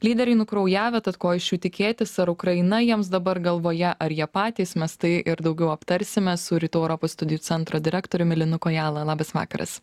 lyderiai nukraujavę tad ko iš jų tikėtis ar ukraina jiems dabar galvoje ar jie patys mes tai ir daugiau aptarsime su rytų europos studijų centro direktoriumi linu kojala labas vakaras